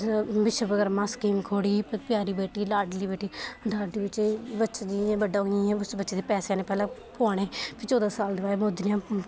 विश्वकर्मां scheme खोह्ल्ली प्यारी बेटी लाडली बेटी बच्चा जि'यां जि'यां बड्डा होग पैसे उ'नें पोआने फिर चौदां साल बाद मोदी ने